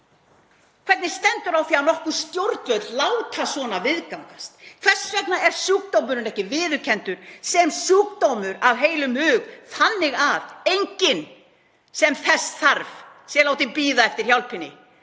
Hvernig stendur á því að nokkuð stjórnvöld láta svona viðgangast? Hvers vegna er sjúkdómurinn ekki viðurkenndur af heilum hug sem sjúkdómur þannig að enginn sem þess þarf sé látinn bíða eftir hjálpinni?